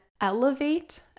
elevate